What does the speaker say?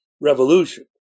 revolution